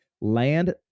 Land